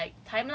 so I was like